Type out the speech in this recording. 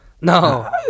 No